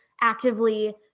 actively